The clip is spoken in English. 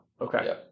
Okay